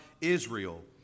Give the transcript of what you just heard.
Israel